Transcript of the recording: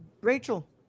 Rachel